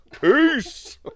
Peace